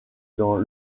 dans